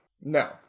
No